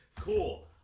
cool